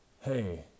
hey